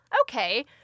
okay